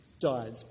died